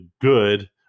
good